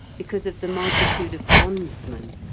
because of the multitude of bondsmen.